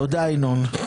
תודה, ינון.